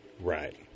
Right